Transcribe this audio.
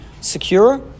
secure